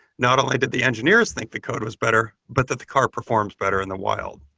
not only did the engineers think the code was better, but that the car performed better in the wild.